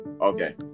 Okay